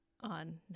on